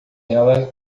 ela